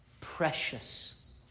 precious